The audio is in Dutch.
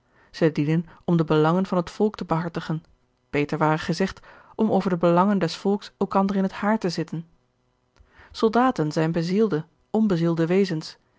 zij dienen om de belangen van het volk te behartigen beter ware gezegd om over de belangen des volks elkander in het haar te zitten soldaten zijn bezielde onbezielde wezens